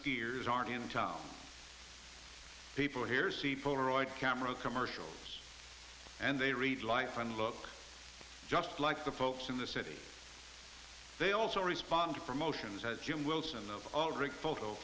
skiers aren't in town people here see polaroid camera commercials and they read life and look just like the folks in the city they also respond to promotions as human wilson of alric photo